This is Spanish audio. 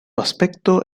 aspecto